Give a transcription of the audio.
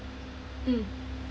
mm